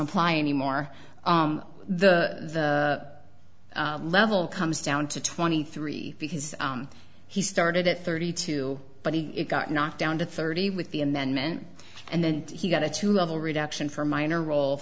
apply anymore the level comes down to twenty three because he started at thirty two but he got knocked down to thirty with the amendment and then he got a two level reduction for minor rol